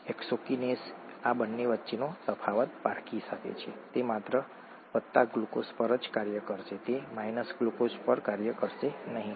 hexokinase આ બંને વચ્ચેનો તફાવત પારખી શકે છે તે માત્ર વત્તા ગ્લુકોઝ પર જ કાર્ય કરશે તે માઇનસ ગ્લુકોઝ પર કાર્ય કરશે નહીં